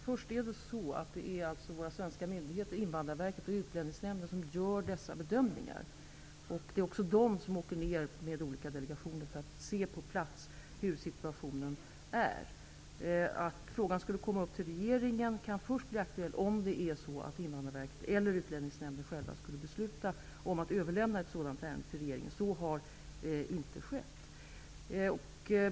Fru talman! Det är våra svenska myndigheter, Invandrarverket och Utlänningsnämnden, som gör de här bedömningarna. Det är också dessa myndigheter som med olika delegationer åker ned för att på plats se hur situationen är. Att ett sådant ärende skulle komma upp på regeringens bord, det kan först bli aktuellt om Invandrarverket eller Utlänningsnämnden själva beslutar att överlämna det till regeringen. Men så har inte skett.